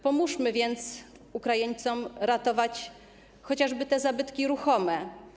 Pomóżmy więc Ukraińcom ratować chociażby zabytki ruchome.